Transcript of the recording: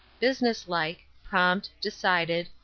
business-like, prompt, decided,